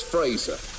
Fraser